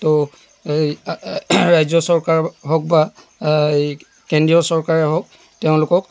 তো ৰাজ্য চৰকাৰ হওক বা এই কেন্দ্ৰীয় চৰকাৰে হওক তেওঁলোকক